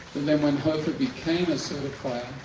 and then when hofa became a certifier.